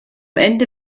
ende